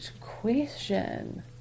question